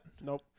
Nope